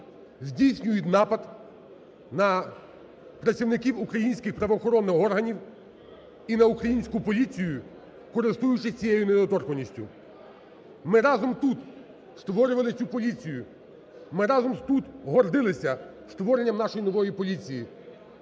здійснюють напад на працівників українських правоохоронних органів і на українську поліцію, користуючись цією недоторканністю. Ми разом тут створювали цю поліцію, ми разом тут гордилися створенням нашої нової поліції,